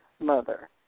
mother